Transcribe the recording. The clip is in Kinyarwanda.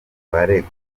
baregwa